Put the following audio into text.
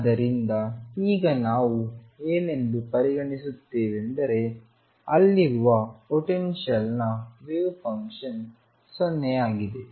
ಆದ್ದರಿಂದ ಈಗ ನಾವು ಏನೆಂದು ಪರಿಗಣಿಸುತ್ತಿದ್ದೇವೆಂದರೆ ಅಲ್ಲಿರುವ ಪೊಟೆನ್ಶಿಯಲ್ ನ ವೇವ್ ಫಂಕ್ಷನ್ ೦ ಆಗಿದೆ